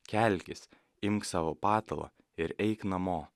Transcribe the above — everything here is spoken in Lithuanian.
kelkis imk savo patalą ir eik namo